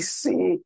see